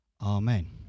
amen